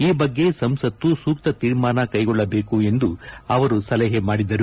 ಈ ಬಗ್ಗೆ ಸಂಸತ್ತು ಸೂಕ್ತ ತೀರ್ಮಾನ ಕ್ಕೆಗೊಳ್ಳಬೇಕು ಎಂದು ಅವರು ಸಲಹೆ ಮಾಡಿದರು